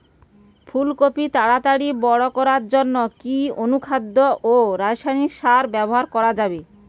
ফুল কপি তাড়াতাড়ি বড় করার জন্য কি অনুখাদ্য ও রাসায়নিক সার ব্যবহার করা যাবে?